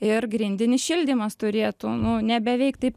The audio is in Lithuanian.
ir grindinis šildymas turėtų nu nebeveikt taip